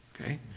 okay